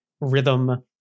rhythm